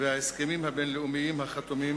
וההסכמים הבין-לאומיים החתומים